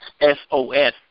S-O-S